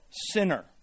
sinner